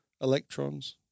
electrons